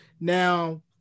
Now